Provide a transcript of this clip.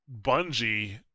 Bungie